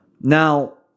Now